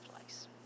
place